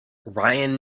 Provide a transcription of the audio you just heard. ryan